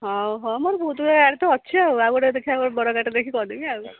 ହଉ ହଉ ମୋର ବହୁତ ଗୁଡ଼ିଏ ଗାଡ଼ି ତ ଅଛି ଆଉ ଗୋଟେ ଦେଖିବା ବଡ଼ ଗାଡ଼ିଟେ ଦେଖିକି କରିଦେବି ଆଉ